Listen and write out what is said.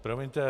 Promiňte.